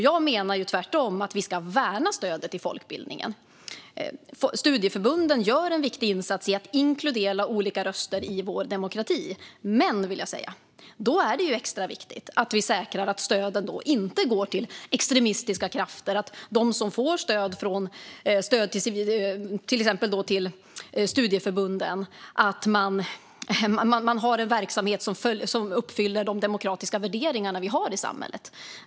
Jag menar tvärtom att vi ska värna stödet till folkbildningen. Studieförbunden gör en viktig insats i att inkludera olika röster i vår demokrati. Men då är det extra viktigt att vi säkrar att stöden inte går till extremistiska krafter. De som får stöd, exempelvis studieförbunden, ska ha en verksamhet som uppfyller de demokratiska värderingar vi har i samhället.